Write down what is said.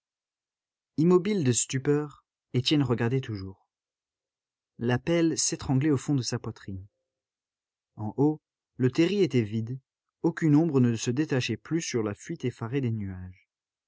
immobile de stupeur étienne regardait toujours l'appel s'étranglait au fond de sa poitrine en haut le terri était vide aucune ombre ne se détachait plus sur la fuite effarée des nuages